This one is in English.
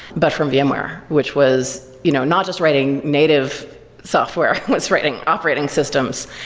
but from vmware, which was you know not just writing native software, was writing operating systems.